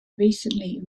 recently